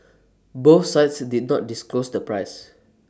both sides did not disclose the price